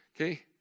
okay